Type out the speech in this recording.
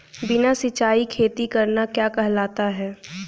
बिना सिंचाई खेती करना क्या कहलाता है?